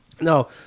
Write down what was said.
No